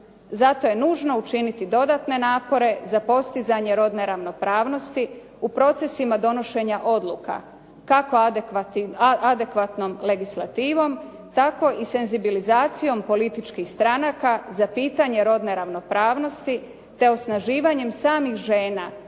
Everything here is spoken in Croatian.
Zato je nužno učiniti dodatne napore za postizanje rodne ravnopravnosti u procesima donošenja odluka kako adekvatnom legislativom tako i senzibilizacijom političkih stranaka za pitanje rodne ravnopravnosti te osnaživanjem samih žena